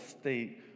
state